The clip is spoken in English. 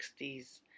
60s